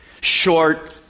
Short